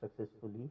successfully